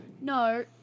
No